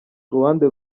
uruhande